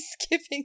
skipping